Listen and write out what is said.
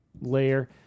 layer